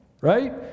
right